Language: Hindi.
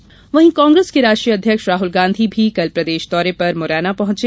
राहुल गांधी वहीं कांग्रेस के राष्ट्रीय अध्यक्ष राहुल गांधी भी कल प्रदेश दौरे पर मुरैना पहुंचे